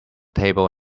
table